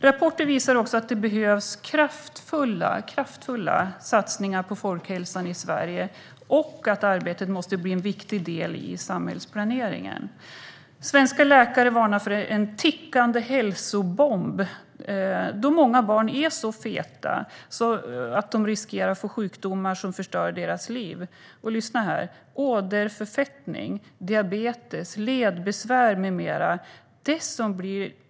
Rapporter visar att det behövs kraftfulla satsningar på folkhälsan i Sverige och att arbetet måste bli en viktig del i samhällsplaneringen. Svenska läkare varnar för en tickande hälsobomb, då många barn är så feta att de riskerar att få sjukdomar som förstör deras liv: åderförfettning, diabetes, ledbesvär med mera.